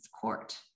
court